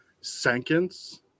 seconds